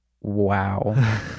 wow